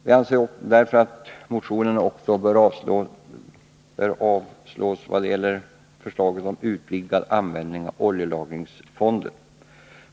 Vi anser därför att motionen bör avslås vad gäller förslaget om utvidgad användning av oljelagringsfonden.